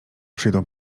przyjdą